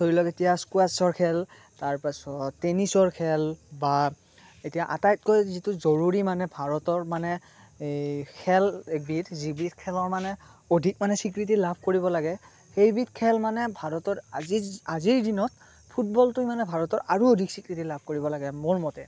ধৰি লওক এতিয়া স্কোৱাছৰ খেল তাৰপাছত টেনিছৰ খেল বা এতিয়া আটাইতকৈ যিটো জৰুৰী মানে ভাৰতৰ মানে খেল এবিধ যিবিধ খেলৰ মানে অধিক মানে স্বীকৃতি লাভ কৰিব লাগে সেইবিধ খেল মানে ভাৰতত য আজি আজিৰ দিনত ফুটবলটো মানে ভাৰতত আৰু অধিক স্বীকৃতি লাভ কৰিব লাগে মোৰ মতে